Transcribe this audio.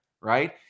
right